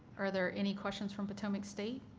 are there any questions from potomac state?